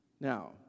Now